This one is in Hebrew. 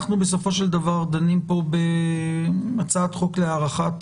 אנחנו בסופו של דבר דנים פה בהצעת חוק להארכת